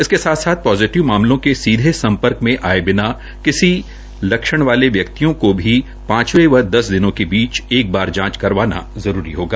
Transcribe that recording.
इसके साथ ही पोजिटिव मामलों के सीधे सम्पर्क में आये बिना किसी लक्ष्ण वाले व्यक्तियों की भी पांचवे व दस दिनों के बीच एक बार जांच करना जरूरी होगा